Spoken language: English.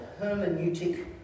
hermeneutic